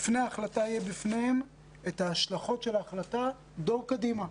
לפני ההחלטה יהיו בפניהם ההשלכות של ההחלטה דור קדימה.